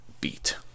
Beat